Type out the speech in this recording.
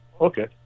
Okay